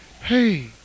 Hey